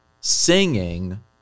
singing